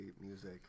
music